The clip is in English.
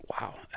wow